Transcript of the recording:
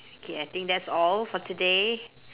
okay I think that's all for today